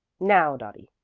now, dottie.